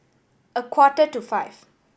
a quarter to five